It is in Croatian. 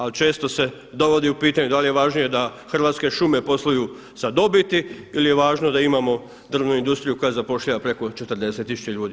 Ali često se dovodi u pitanje da li je važnije da Hrvatske šume posluju sa dobiti ili je važno da imamo drvnu industriju koja zapošljava preko 40000 ljudi.